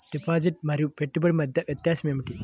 Deposit మరియు పెట్టుబడి మధ్య వ్యత్యాసం ఏమిటీ?